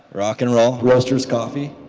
rock n roll, roasters coffee